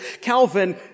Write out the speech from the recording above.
Calvin